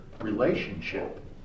relationship